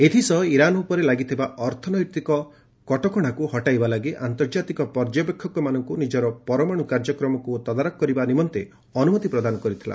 ଏଥିସହ ଇରାନ ଉପରେ ଲାଗିଥିବା ଅର୍ଥନୈତିକ କଟକଣାକୁ ହଟାଇବା ଲାଗି ଆନ୍ତର୍ଜାତିକ ପର୍ଯ୍ୟବେକ୍ଷକଙ୍କୁ ନିଜର ପରମାଣୁ କାର୍ଯ୍ୟକ୍ରମକୁ ତଦାରଖ କରିବା ନିମନ୍ତେ ଅନୁମତି ପ୍ରଦାନ କରିଥିଲା